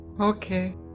okay